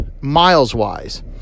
miles-wise